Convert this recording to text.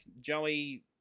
Joey